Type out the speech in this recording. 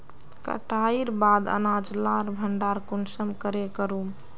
कटाईर बाद अनाज लार भण्डार कुंसम करे करूम?